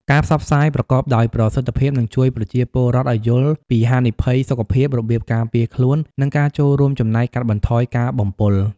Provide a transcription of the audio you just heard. ការផ្សព្វផ្សាយប្រកបដោយប្រសិទ្ធភាព នឹងជួយប្រជាពលរដ្ឋឱ្យយល់ពីហានិភ័យសុខភាព របៀបការពារខ្លួន និងការចូលរួមចំណែកកាត់បន្ថយការបំពុល។